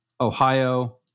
Ohio